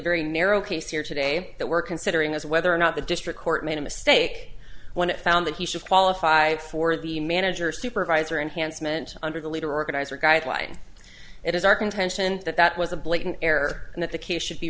very narrow case here today that we're considering is whether or not the district court made a mistake when it found that he should qualify for the manager or supervisor enhancement under the leader organizer guideline it is our contention that that was a blatant error and that the case should be